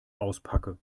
auspacke